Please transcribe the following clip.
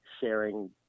sharing